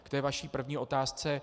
K té vaší první otázce.